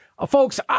Folks